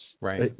Right